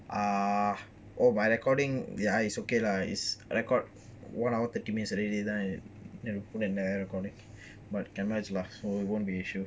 ah oh my recording ya it's okay lah it's record one hour thirty minutes already but can last won't be an issue